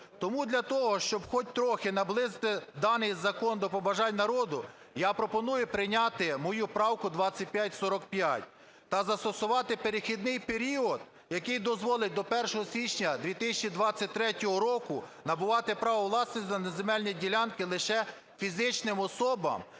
Тому для того, щоб трохи наблизити даний закон до побажань народу, я пропоную прийняти мою правку 2545 та застосувати перехідний період, який дозволить до 1 січня 2023 року набувати право власності на земельні ділянки лише фізичним особам